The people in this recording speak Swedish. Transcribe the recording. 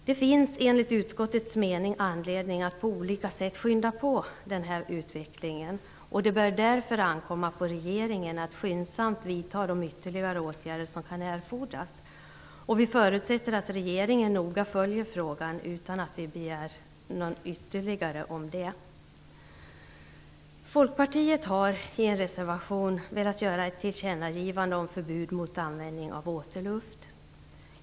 Det finns enligt utskottets mening anledning att på olika sätt skynda på utvecklingen. Det bör därför ankomma på regeringen att skyndsamt vidta de ytterligare åtgärder som kan erfordras. Vi förutsätter att regeringen noga följer frågan utan någon ytterligare begäran om det. Folkpartiet har i en reservation velat göra ett tillkännagivande om förbud mot användning av återluft.